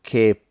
che